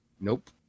Nope